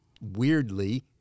weirdly